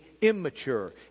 immature